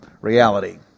reality